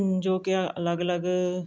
ਜੋ ਕਿ ਅਲੱਗ ਅਲੱਗ